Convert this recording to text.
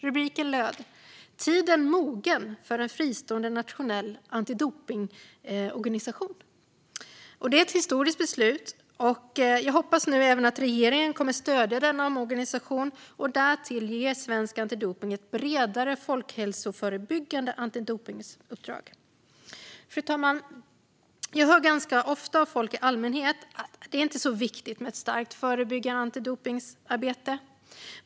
Rubriken löd: "Tiden mogen för en fristående nationell antidopningsorganisation". Det är ett historiskt beslut, och jag hoppas nu att även regeringen kommer att stödja denna omorganisation och därtill ger Svensk Antidoping ett bredare folkhälsoförebyggande antidopningsuppdrag. Fru talman! Jag hör ganska ofta av folk i allmänhet att det inte är så viktigt att ha ett starkt förebyggande antidopningsarbete.